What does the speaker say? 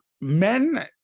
men